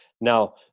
Now